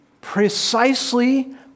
precisely